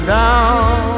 down